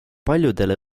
paljudele